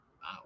Wow